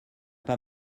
pas